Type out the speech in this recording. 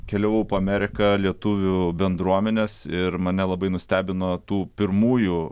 keliavau po ameriką lietuvių bendruomenes ir mane labai nustebino tų pirmųjų